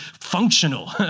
functional